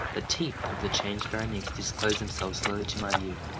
the teeth of the changed berenice disclosed themselves slowly to my view.